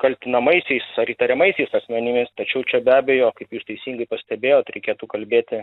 kaltinamaisiais ar įtariamaisiais asmenimis tačiau čia be abejo kaip jūs teisingai pastebėjot reikėtų kalbėti